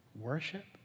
Worship